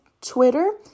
Twitter